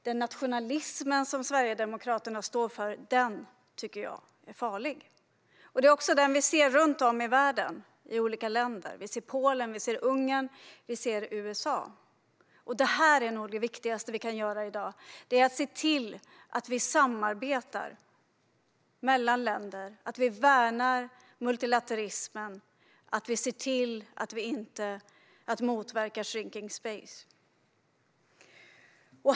Den nationalism som Sverigedemokraterna står för är farlig. Det är också den synen vi ser runt om i världen - i Polen, Ungern och USA. Det viktigaste vi kan göra i dag är att se till att vi samarbetar mellan länder, att vi värnar multilateralismen, att vi motverkar shrinking space.